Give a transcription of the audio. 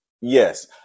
Yes